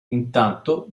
intanto